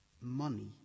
Money